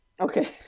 Okay